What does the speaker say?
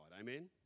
amen